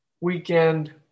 weekend